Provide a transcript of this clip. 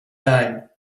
time